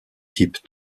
type